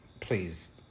please